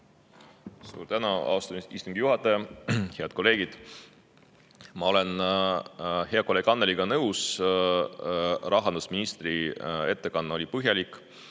Suur tänu, austatud istungi juhataja! Head kolleegid! Ma olen hea kolleegi Annelyga nõus, rahandusministri ettekanne oli põhjalik.